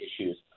issues